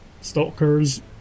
Stalkers